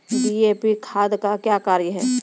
DAP खाद का क्या कार्य हैं?